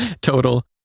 total